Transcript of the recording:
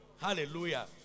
Hallelujah